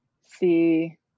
see